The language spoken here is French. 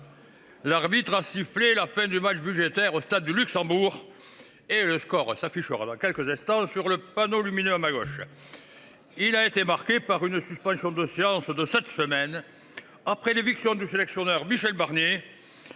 l’arbitre a sifflé la fin du match budgétaire au stade du Luxembourg et le score s’affichera dans quelques instants sur le panneau lumineux à ma gauche ! Il a été marqué par une suspension de la partie de sept semaines, après l’éviction du sélectionneur Michel Barnier